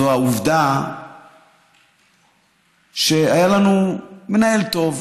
זו העובדה שהיה לנו מנהל טוב,